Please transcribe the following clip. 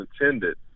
intended